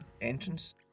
entrance